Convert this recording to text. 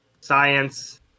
science